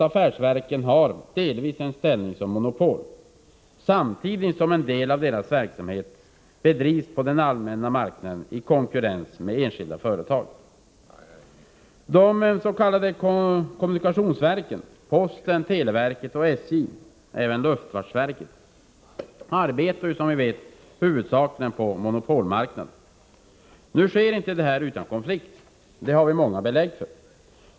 Affärsverken har ju delvis en monopolställning samtidigt som en del av deras verksamhet bedrivs på den allmänna marknaden i konkurrens med enskilda företag. De s.k. kommunikationsverken — posten, televerket, SJ och även luftfartsverket — arbetar som vi vet huvudsakligen på monopolmarknader. Nu sker inte detta utan konflikt. Det har vi många belägg för.